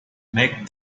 marked